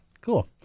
Cool